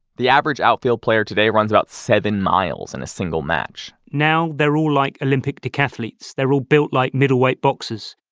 the average outfield player today runs about seven miles in a single match now, they're all like olympic decathletes. they're all built like middleweight boxes.